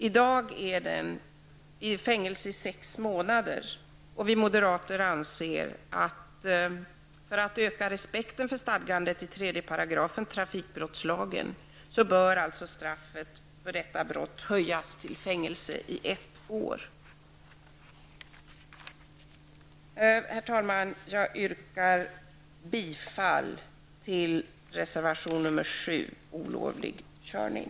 I dag är maximistraffet fängelse i sex månader, och vi moderater anser att man för att öka respekten för stadgandet i 3 § trafikbrottslagen bör höja straffet för detta brott till fängelse i ett år. Herr talman! Jag yrkar bifall till reservation nr 7 om olovlig körning.